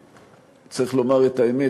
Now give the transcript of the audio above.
צריך לומר את האמת,